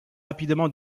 rapidement